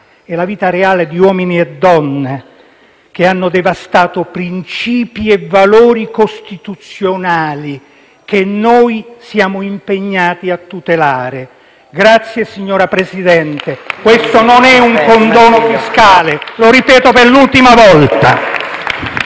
e sulla vita reale di uomini e donne, che ha devastato princìpi e valori costituzionali che noi siamo impegnati a tutelare. Questo non è un condono fiscale: lo ripeto per l'ultima volta!